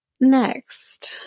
next